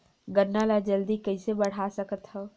गन्ना ल जल्दी कइसे बढ़ा सकत हव?